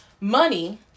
money